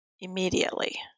immediately